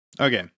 Okay